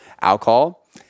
Alcohol